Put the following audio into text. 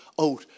out